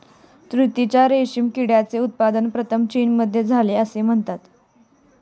तुतीच्या रेशीम किड्याचे उत्पादन प्रथम चीनमध्ये झाले असे म्हणतात